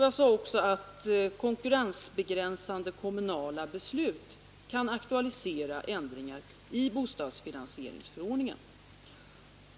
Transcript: Jag sade också att konkurrensbegränsande kommunala beslut kan aktualisera ändringar i bostadsfinansieringsförordningen.